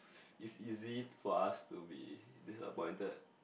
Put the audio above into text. it's easy for us to be disappointed